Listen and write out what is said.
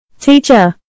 Teacher